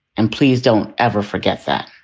and please don't ever forget that